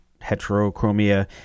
heterochromia